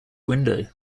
window